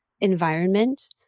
environment